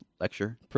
lecture